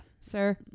Sir